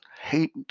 hate